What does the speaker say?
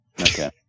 Okay